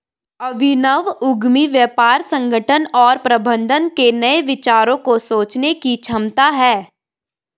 अभिनव उद्यमी व्यापार संगठन और प्रबंधन के नए विचारों को सोचने की क्षमता है